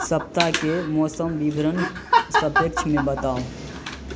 सप्ताह के मौसम विवरण सपेक्षमे बताउ